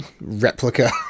Replica